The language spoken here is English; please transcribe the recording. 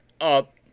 up